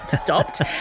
stopped